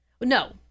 No